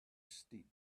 steep